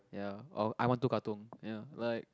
ya orh I One Two Katong ya like